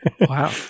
wow